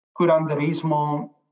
curanderismo